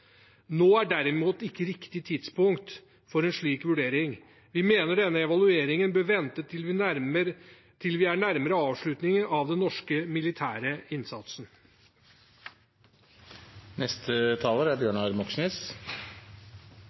Nå er derimot ikke riktig tidspunkt for en slik vurdering. Vi mener denne evalueringen bør vente til vi er nærmere avslutningen av den norske militære innsatsen. Å sende militære styrker til krigføring i utlandet er